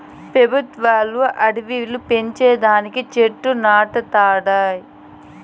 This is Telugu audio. పెబుత్వాలు అడివిలు పెంచే దానికి చెట్లు నాటతండాయి